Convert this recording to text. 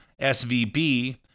SVB